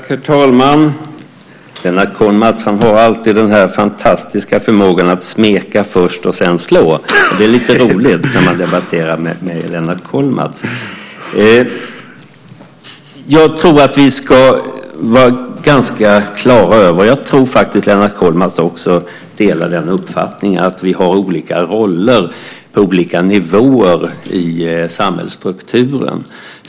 Herr talman! Lennart Kollmats har alltid den fantastiska förmågan att smeka först och sedan slå. Det är lite roligt när man debatterar med Lennart Kollmats. Jag tror att vi ska vara ganska klara över, och jag tror faktiskt att Lennart Kollmats delar den uppfattningen, att vi har olika roller på olika nivåer i samhällsstrukturen.